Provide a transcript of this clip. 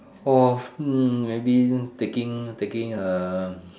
oh hmm maybe taking taking a